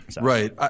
right